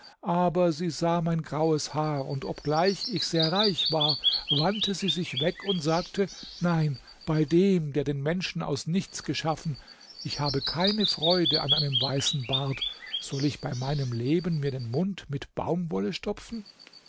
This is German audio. aber sie sah mein graues haar und obgleich ich sehr reich war wandte sie sich weg und sagte nein bei dem der den menschen aus nichts geschaffen ich habe keine freude an einem weißen bart soll ich bei meinem leben mir den mund mit baumwolle stopfen